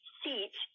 seat